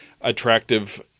attractive